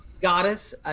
Goddess